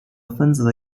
分子